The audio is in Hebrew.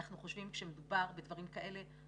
אנחנו חושבים שמדובר בדברים כאלה,